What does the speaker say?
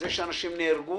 החל מכך שאנשים נהרגו